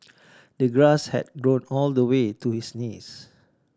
the grass had grown all the way to his knees